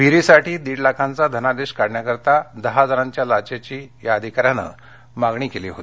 विहिरीसाठी दीड लाखांचा धनादेश काढण्यासाठी दहा हजारांच्या लाचेची या अधिकाऱ्याने मागणी केली होती